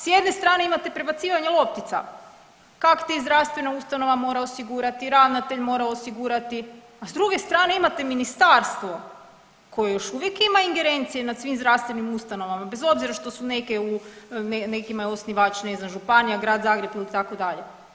S jedne strane imate prebacivanje loptica, kakti zdravstvena ustanova mora osigurati, ravnatelj mora osigurati, a s druge strane imate Ministarstvo koje još uvijek ima ingerencije nad svim zdravstvenim ustanovama bez obzira što su neke u, nekima je osnivač županija, Grad Zagreb ili tako dalje.